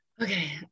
Okay